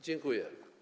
Dziękuję.